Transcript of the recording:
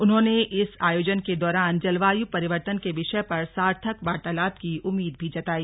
उन्होंने इस आयोजन के दौरान जलवायु परिवर्तन के विषय पर सार्थक वार्तालाप की उम्मीद भी जताई